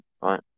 Right